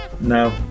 No